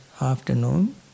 afternoon